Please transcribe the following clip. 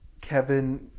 Kevin